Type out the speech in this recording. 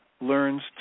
learns